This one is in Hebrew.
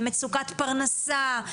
מצוקת פרנסה,